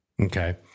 Okay